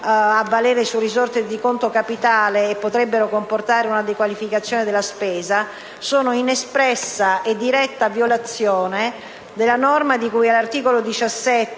a valere su risorse di conto capitale e potrebbero comportare una dequalificazione della spesa, è in espressa e diretta violazione della norma di cui all'articolo 17,